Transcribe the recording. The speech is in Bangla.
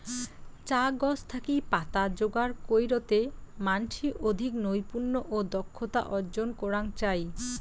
চা গছ থাকি পাতা যোগার কইরতে মানষি অধিক নৈপুণ্য ও দক্ষতা অর্জন করাং চাই